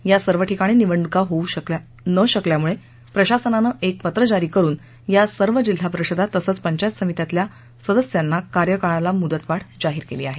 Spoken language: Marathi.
या सर्व ठिकाणी निवडणुका होऊ न शकल्यानं प्रशासनानं एक पत्र जारी करून या सर्व जिल्हा परिषदा तसंच पंचायत समित्यांतल्या सदस्यांच्या कार्यकाळाला मुदतवाढ जाहीर केली आहे